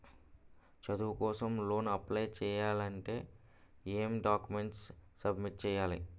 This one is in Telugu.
చదువు కోసం లోన్ అప్లయ్ చేయాలి అంటే ఎం డాక్యుమెంట్స్ సబ్మిట్ చేయాలి?